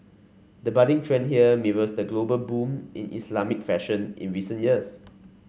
the budding trend here mirrors the global boom in Islamic fashion in recent years